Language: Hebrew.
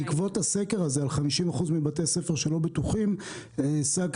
בעקבות הסקר הזה על 50% מבתי ספר שלא בטוחים השגתי,